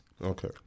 Okay